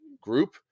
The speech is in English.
group